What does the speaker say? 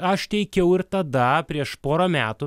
aš teikiau ir tada prieš porą metų